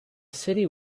city